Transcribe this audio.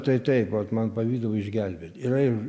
tai taip vat man pavykdavo išgelbėt yra ir